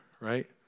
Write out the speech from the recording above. right